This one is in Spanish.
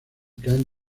caen